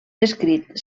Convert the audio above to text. descrit